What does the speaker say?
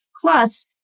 plus